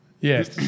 Yes